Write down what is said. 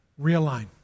Realign